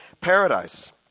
paradise